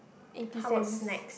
eighty cents